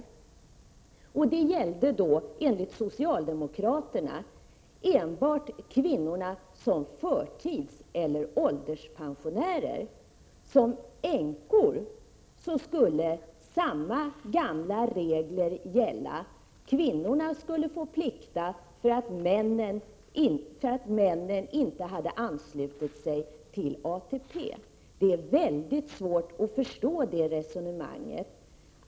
Enligt socialdemokraterna gällde det enbart kvinnor som var förtidseller ålderspensionärer. För änkor skulle de gamla reglerna gälla, dvs. kvinnorna skulle få plikta för att männen inte hade anslutit sig till ATP. Det är mycket svårt att förstå detta resonemang.